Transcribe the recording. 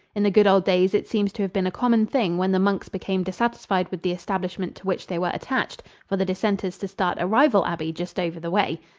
in the good old days it seems to have been a common thing when the monks became dissatisfied with the establishment to which they were attached for the dissenters to start a rival abbey just over the way.